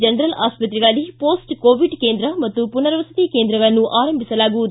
general ಆಸ್ಪತ್ರೆಗಳಲ್ಲಿ post covid ಕೇಂದ್ರ ಮತ್ತು ಪುನರ್ವಸತಿ ಕೇಂದ್ರಗಳನ್ನು ಆರಂಭಿಸಲಾಗುವುದು